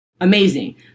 amazing